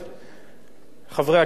האורחים מערוץ-10,